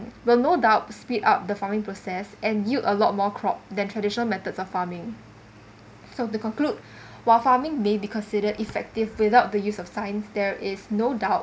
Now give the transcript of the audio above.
will no doubt speed up the farming process and yield a lot more crop than traditional methods of farming so to conclude while farming maybe considered effective without the use of science there is no doubt